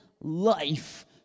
life